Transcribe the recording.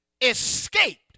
escaped